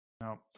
No